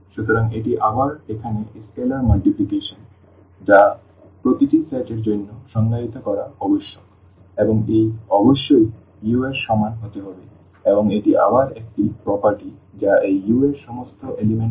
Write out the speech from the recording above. সুতরাং এটি আবার এখানে স্কেলার মাল্টিপ্লিকেশন যা এখানে প্রতিটি সেট এর জন্য সংজ্ঞায়িত করা আবশ্যক এবং এটি অবশ্যই u এর সমান হতে হবে এবং এটি আবার একটি বৈশিষ্ট্য যা এই u এর সমস্ত উপাদানকে সন্তুষ্ট করতে হবে